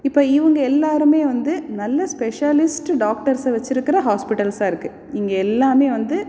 இப்போ இவங்க எல்லோருமே வந்து நல்ல ஸ்பெஷலிஸ்ட் டாக்டர்ஸை வச்சிருக்கிற ஹாஸ்பிட்டல்ஸாக இருக்குது இங்கே எல்லாமே வந்து